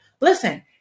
Listen